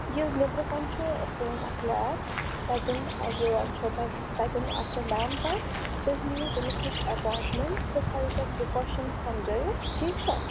یہِ نیٚبرٕ کَنۍ چھُ سٲنۍ اَکھ لیب تَتٮ۪ن یہِ چھو تۄہہِ تَتٮ۪ن آسیو میم تۄہہِ تُہۍ نِیِو تٔمِس نِش اٮ۪پایِنٛٹمٮ۪نٛٹ سُہ تھایو تۄہہِ پِرٛکاشَنٕز سمجٲیِتھ ٹھیٖک چھا